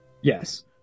Yes